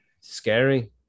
Scary